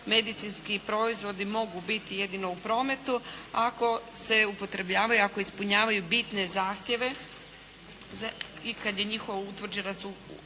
medicinski proizvodi mogu biti jedino u prometu, ako se upotrebljavaju, ako ispunjavaju bitne zahtjeve i kada je njihova sukladnost